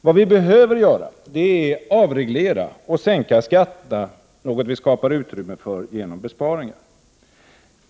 Vad vi behöver göra är att avreglera och sänka skatterna, något som vi skapar utrymme för genom besparingar.